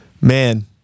Man